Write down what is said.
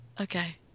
Okay